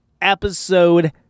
Episode